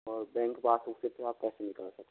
और bank passbook से भी आप पैसे निकाल सकते हो